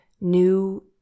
new